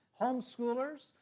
homeschoolers